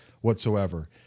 whatsoever